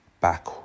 back